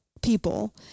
people